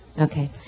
Okay